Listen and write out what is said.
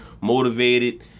motivated